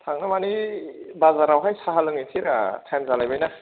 थांनो मानि बाजारावहाय साहा लोंहैसैब्रा टाइम जालायबायना